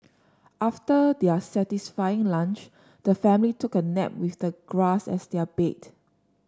after their satisfying lunch the family took a nap with the grass as their bed